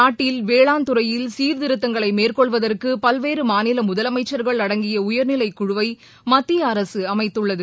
நாட்டில் வேளாண் துறையில் சீர்திருத்தங்களை மேற்கொள்வதற்கு பல்வேறு மாநில முதலமைச்சள்கள் அடங்கிய உயர்நிலைக் குழுவை மத்திய அரசு அமைத்துள்ளது